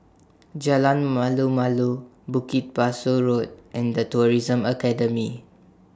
Jalan Malu Malu Bukit Pasoh Road and The Tourism Academy